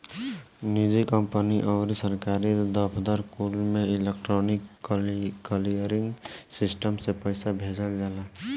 निजी कंपनी अउरी सरकारी दफ्तर कुल में इलेक्ट्रोनिक क्लीयरिंग सिस्टम से पईसा भेजल जाला